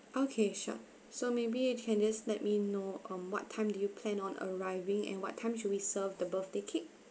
okay sure so maybe you can just let me know um what time do you plan on arriving and what time should we serve the birthday cake